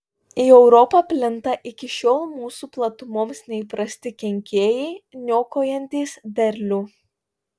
į europą plinta iki šiol mūsų platumoms neįprasti kenkėjai niokojantys derlių